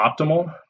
optimal